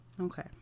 Okay